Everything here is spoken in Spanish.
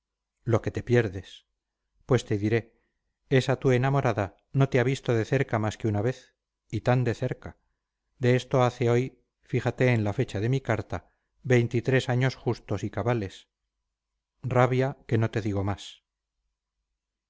lo que te pierdes pues te diré esa tu enamorada no te ha visto de cerca más que una vez y tan de cerca de esto hace hoy fíjate en la fecha de mi carta veintitrés años justos y cabales rabia que no te digo más